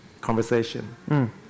conversation